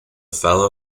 fellow